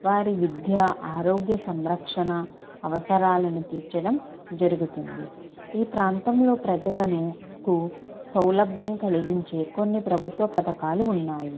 వారి విద్యా ఆరోగ్య సంరక్షణ అవసరాలను తీర్చడం జరుగుతుంది ఈ ప్రాంతంలో ప్రజలకు సౌలభ్యం కలిగించే కొన్ని ప్రభుత్వ పథకాలు ఉన్నాయి